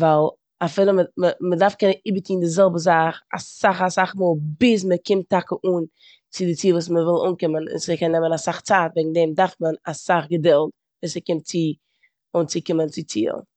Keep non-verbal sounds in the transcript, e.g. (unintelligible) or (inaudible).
ווייל (unintelligible) מ'דארף קענען איבערטון די זעלבע זאך אסאך, אסאך מאל ביז מ'קומט טאקע אן צו די ציל וואס מ'וויל אנקומען און ס'קען נעמען אסאך צייט וועגן דעם דארף מען אסאך געדולד ווען ס'קומט צו אנציקומען צי צילן.